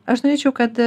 aš norėčiau kad